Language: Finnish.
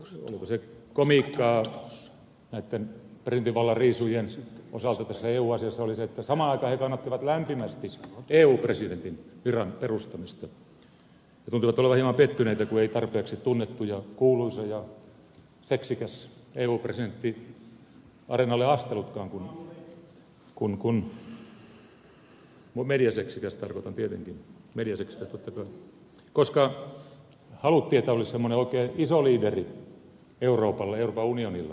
jonkunlaista onko se komiikkaa näitten presidentin vallan riisujien osalta tässä eu asiassa oli se että samaan aikaan he kannattivat lämpimästi eun presidentin viran perustamista ja tuntuivat olevan hieman pettyneitä kun ei tarpeeksi tunnettu ja kuuluisa ja seksikäs eu presidentti areenalle astellutkaan mediaseksikäs tarkoitan tietenkin mediaseksikäs totta kai koska haluttiin että olisi semmoinen oikein iso leaderi euroopalla ja euroopan unionilla